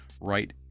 right